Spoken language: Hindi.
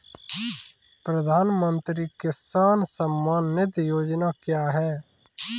प्रधानमंत्री किसान सम्मान निधि योजना क्या है?